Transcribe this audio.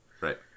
right